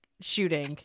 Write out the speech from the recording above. shooting